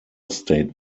state